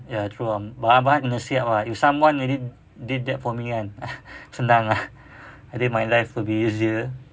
ya true ah barang-barang dah siap if someone already did that for me kan senang ah I think my life will be easier